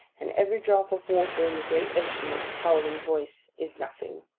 and every drop of water in the great ocean its howling voice is nothing.